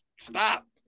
stop